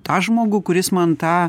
tą žmogų kuris man tą